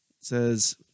says